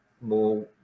more